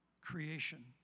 creation